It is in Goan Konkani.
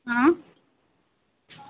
आं